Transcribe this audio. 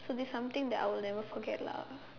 so this is something I will never forget lah